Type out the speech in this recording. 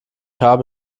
habe